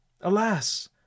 Alas